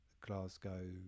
Glasgow